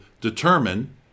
determine